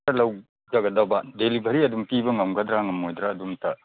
ꯂꯧꯖꯒꯗꯕ delivery ꯑꯗꯨꯝ ꯄꯤꯕ ꯉꯝꯒꯗ꯭ꯔꯥ ꯉꯝꯂꯣꯏꯗ꯭ꯔꯥ ꯑꯗꯨ ꯑꯃꯨꯛꯇ